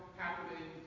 happening